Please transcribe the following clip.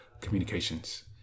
communications